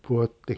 poor thing